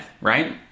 right